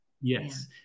Yes